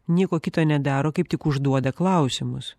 nieko kito nedaro kaip tik užduoda klausimus